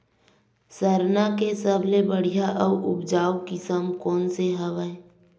सरना के सबले बढ़िया आऊ उपजाऊ किसम कोन से हवय?